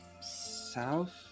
south